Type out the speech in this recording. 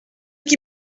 qui